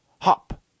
Hop